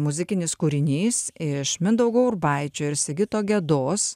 muzikinis kūrinys iš mindaugo urbaičio ir sigito gedos